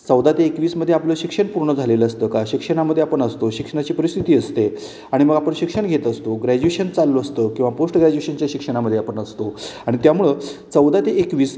चौदा ते एकवीसमध्ये आपलं शिक्षण पूर्ण झालेलं असतं का शिक्षणामध्ये आपण असतो शिक्षणाची परिस्थिती असते आणि मग आपण शिक्षण घेत असतो ग्रॅज्युएशन चालू असतो किंवा पोस्ट ग्रॅज्युएशनच्या शिक्षणामध्ये आपण असतो आणि त्यामुळं चौदा ते एकवीस